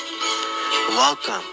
Welcome